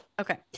Okay